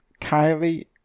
Kylie